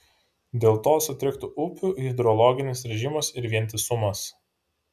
dėl to sutriktų upių hidrologinis režimas ir vientisumas